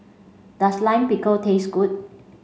does Lime Pickle taste good